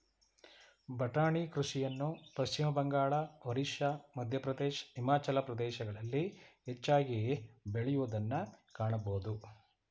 ಬಟಾಣಿ ಕೃಷಿಯನ್ನು ಪಶ್ಚಿಮಬಂಗಾಳ, ಒರಿಸ್ಸಾ, ಮಧ್ಯಪ್ರದೇಶ್, ಹಿಮಾಚಲ ಪ್ರದೇಶಗಳಲ್ಲಿ ಹೆಚ್ಚಾಗಿ ಬೆಳೆಯೂದನ್ನು ಕಾಣಬೋದು